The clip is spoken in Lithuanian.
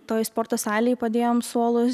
toj sporto salėj padėjom suolus